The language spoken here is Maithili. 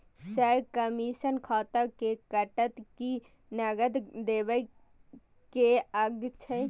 सर, कमिसन खाता से कटत कि नगद देबै के अएछ?